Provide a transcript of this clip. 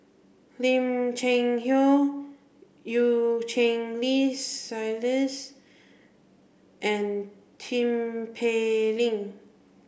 Lim Cheng Hoe Eu Cheng Li and Tin Pei Ling